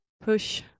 push